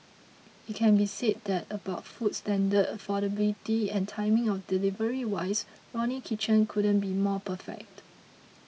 it can be said that about food standard affordability and timing of delivery wise Ronnie Kitchen couldn't be more perfect